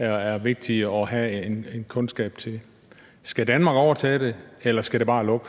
er vigtige at have kundskaber om. Skal Danmark overtage det, eller skal det bare lukke,